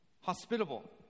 hospitable